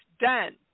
done